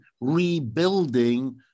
rebuilding